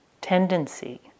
tendency